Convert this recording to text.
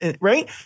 Right